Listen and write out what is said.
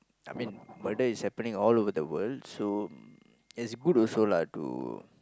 I mean murder is happening all over the world so it's good also lah to